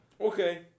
Okay